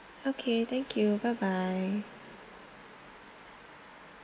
okay thank you bye bye